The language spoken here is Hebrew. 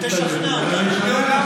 תשכנע אותנו.